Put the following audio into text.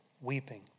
weeping